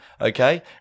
Okay